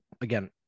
again